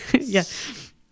Yes